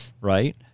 Right